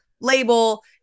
label